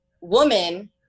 woman